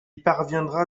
parviendra